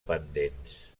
pendents